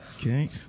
Okay